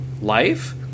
life